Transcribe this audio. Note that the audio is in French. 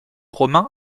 romain